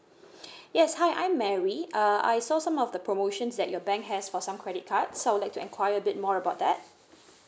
yes hi I'm mary uh I saw some of the promotions that your bank has for some credit card so I'd like to inquire a bit more about that